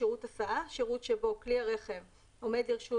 "שירות הסעה" שירות שבו כלי הרכב עומד לרשות